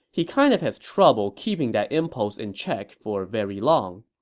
he kind of has trouble keeping that impulse in check for very long